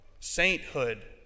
sainthood